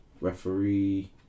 referee